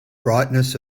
brightness